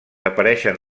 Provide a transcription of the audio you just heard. apareixen